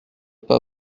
pas